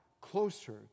closer